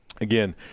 again